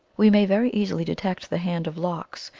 we may very easily detect the hand of lox,